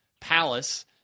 palace